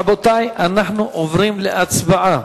רבותי, אנחנו עוברים להצבעה.